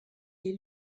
est